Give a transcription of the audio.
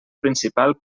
principal